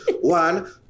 One